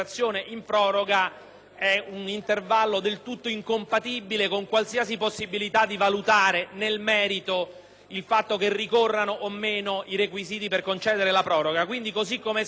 5.300 è una proroga generalizzata e indifferenziata a tutte le discariche di rifiuti inerti